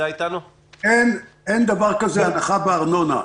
אין דבר כזה הנחה בארנונה,